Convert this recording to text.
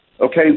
Okay